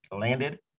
landed